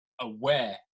aware